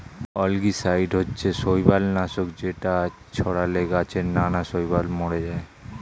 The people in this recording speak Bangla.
অ্যালগিসাইড হচ্ছে শৈবাল নাশক যেটা ছড়ালে গাছে নানা শৈবাল মরে যায়